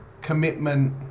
commitment